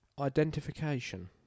Identification